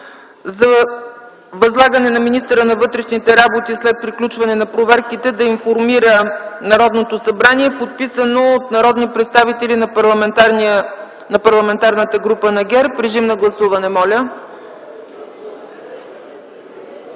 за възлагане на министъра на вътрешните работи след приключване на проверките да информира Народното събрание, подписано от народни представители от Парламентарната група на ГЕРБ. Режим на гласуване, моля.